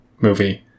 movie